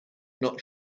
not